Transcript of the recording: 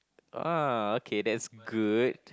!whoa! okay that's good